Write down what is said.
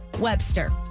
Webster